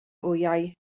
wyau